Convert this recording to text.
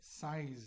size